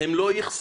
הם לא יחסרו.